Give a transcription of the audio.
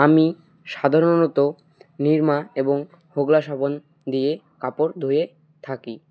আমি সাধারণত নিরমা এবং হোগলা সাবান দিয়ে কাপড় ধুয়ে থাকি